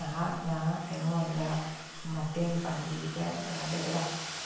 ꯅꯍꯥꯛꯅ ꯑꯩꯉꯣꯟꯗ ꯃꯇꯦꯡ ꯄꯥꯡꯕꯤꯕ ꯌꯥꯒꯗ꯭ꯔꯥ